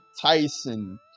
Tyson